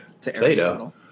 Plato